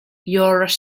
yours